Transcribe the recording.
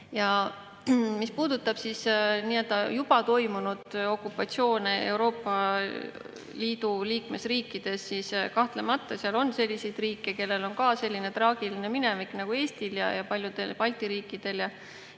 Ja mis puudutab juba toimunud okupatsioone Euroopa Liidu liikmesriikides, siis kahtlemata seal on selliseid riike, kellel on ka selline traagiline minevik nagu Eestil, paljudel Balti riikidele ja